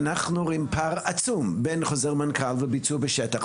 אנחנו רואים פער עצום בין חוזר מנכ"ל לביצוע לשטח,